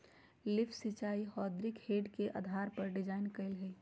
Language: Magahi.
लिफ्ट सिंचाई हैद्रोलिक हेड के आधार पर डिजाइन कइल हइ